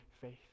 faith